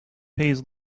pays